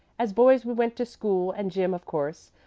as boys, we went to school, and jim, of course,